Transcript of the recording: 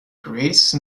grace